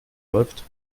läuft